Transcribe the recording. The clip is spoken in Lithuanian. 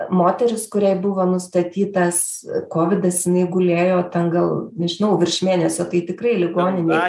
moteris kuriai buvo nustatytas kovidas jinai gulėjo ten gal nežinau virš mėnesio tai tikrai ligoninėj